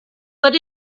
but